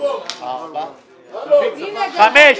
הצבעה בעד,